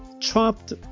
chopped